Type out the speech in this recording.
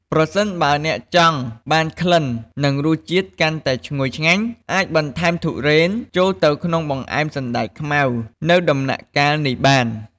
ប្រសិនបើអ្នកចង់បានក្លិន និងរសជាតិកាន់តែឈ្ងុយឆ្ងាញ់ អាចបន្ថែមធុរេនចូលទៅក្នុងបង្អែមសណ្ដែកខ្មៅនៅដំណាក់កាលនេះបាន។